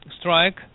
strike